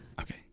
Okay